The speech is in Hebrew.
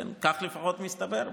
כך לפחות מסתבר.